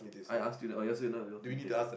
I asked you that one asked you now you have to take lah